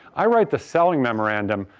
i write the selling memorandum,